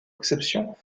exception